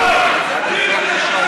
האמירה הזאת,